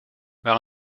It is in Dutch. waar